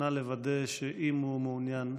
נא לוודא שאם הוא מעוניין,